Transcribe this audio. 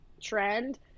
trend